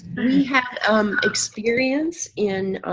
have um experience in.